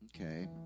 Okay